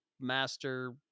master